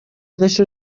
قشر